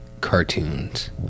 cartoons